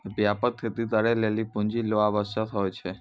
व्यापक खेती करै लेली पूँजी रो आवश्यकता हुवै छै